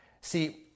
See